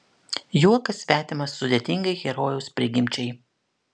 juokas svetimas sudėtingai herojaus prigimčiai